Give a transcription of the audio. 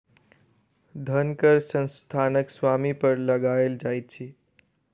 धन कर संस्थानक स्वामी पर लगायल जाइत अछि